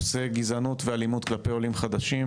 אני פותח את הדיון בנושא גזענות ואלימות כלפי עולים חדשים.